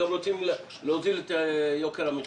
אנחנו רוצים להוזיל את יוקר המחיה.